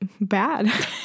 bad